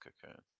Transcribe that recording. cocoon